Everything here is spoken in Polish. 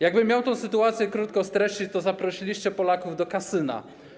Jakbym miał tę sytuację krótko streścić, to zaprosiliście Polaków do kasyna.